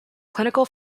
clinical